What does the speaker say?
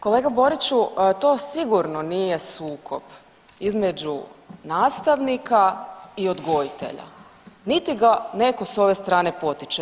Kolega Boriću to sigurno nije sukob između nastavnika i odgojitelja, niti ga neko s ove strane potiče.